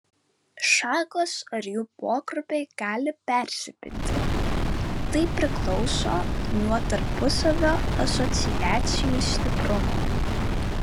šakos ar jų pogrupiai gali persipinti tai priklauso nuo tarpusavio asociacijų stiprumo